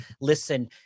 listen